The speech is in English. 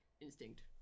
instinct